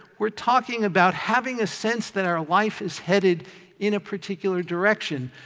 we're talking about having a sense that our life is headed in a particular direction.